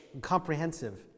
comprehensive